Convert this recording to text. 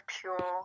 pure